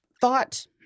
thought